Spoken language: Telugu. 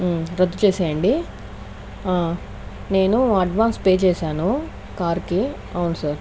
రద్దు చేసేయండి నేను అడ్వాన్స్ పే చేసాను కారుకి అవును సార్